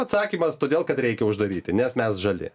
atsakymas todėl kad reikia uždaryti nes mes žali